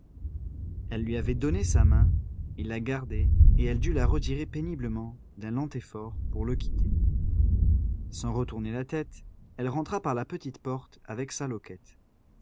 elle lui avait donné sa main il la gardait et elle dut la retirer péniblement d'un lent effort pour le quitter sans retourner la tête elle rentra par la petite porte avec sa loquette